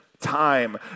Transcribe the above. Time